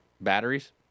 batteries